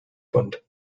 fund